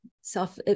self